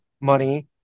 money